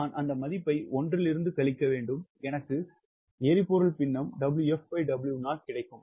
நான் அந்த மதிப்பை 1 இலிருந்து கழிக்க வேண்டும் எனக்கு எரிபொருள் பின்னம் WfW0 கிடைக்கும்